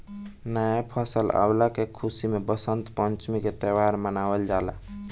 नया फसल अवला के खुशी में वसंत पंचमी के त्यौहार मनावल जाला